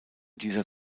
dieser